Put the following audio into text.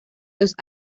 los